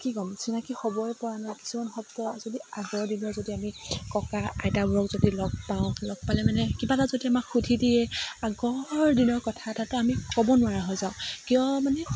কি ক'ম চিনাকী হ'বই পৰা নাই কিছুমান শব্দ যদি আগৰ দিনৰ যদি আমি ককা আইতাবোৰক যদি লগ পাওঁ লগ পালে মানে কিবা এটা যদি আমাক সুধি দিয়ে আগৰ দিনৰ কথা এটা তো আমি ক'ব নোৱাৰা হৈ যাওঁ কিয় মানে